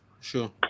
Sure